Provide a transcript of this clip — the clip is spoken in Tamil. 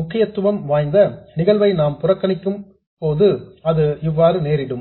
முக்கியத்துவம் வாய்ந்த நிகழ்வை நாம் புறக்கணிக்க நேரிடும்